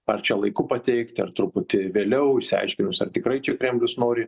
ar čia laiku pateikti ar truputį vėliau išsiaiškinus ar tikrai čia kremlius nori